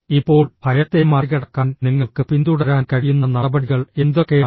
ഇപ്പോൾ ഭയത്തെ മറികടക്കാൻ നിങ്ങൾക്ക് പിന്തുടരാൻ കഴിയുന്ന നടപടികൾ എന്തൊക്കെയാണ്